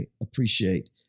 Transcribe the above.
appreciate